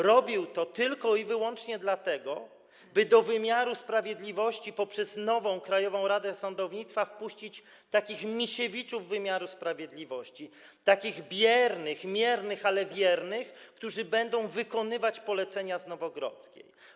Robił to tylko i wyłącznie dlatego, by do wymiaru sprawiedliwości poprzez nową Krajową Radę Sądownictwa wpuścić takich Misiewiczów wymiaru sprawiedliwości, biernych, miernych, ale wiernych, którzy będą wykonywać polecenia z Nowogrodzkiej.